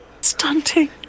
Stunting